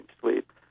sleep